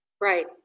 Right